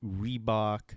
Reebok